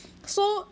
so